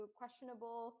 questionable